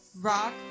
Rock